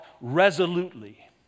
resolutely